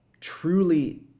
truly